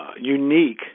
unique